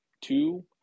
two